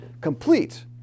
complete